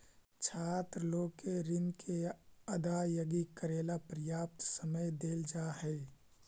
छात्र लोग के ऋण के अदायगी करेला पर्याप्त समय देल जा हई